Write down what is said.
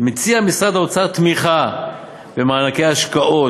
מציע משרד האוצר תמיכה במענקי השקעות